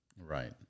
Right